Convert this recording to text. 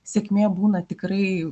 sėkmė būna tikrai